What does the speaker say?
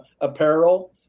apparel